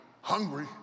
Hungry